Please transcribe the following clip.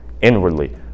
inwardly